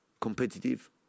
competitive